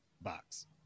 box